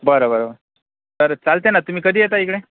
बरं बरं बरं तर चालतंय ना तुम्ही कधी येत आहे इकडे